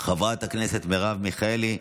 חברת הכנסת מרב מיכאלי,